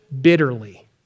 bitterly